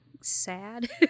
sad